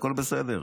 הכול בסדר.